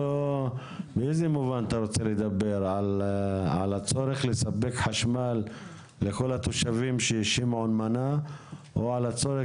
אתה רוצה לדבר על הצורך לספק חשמל לכל התושבים ששמעון מנה או על הצורך